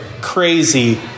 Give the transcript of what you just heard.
crazy